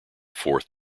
fourth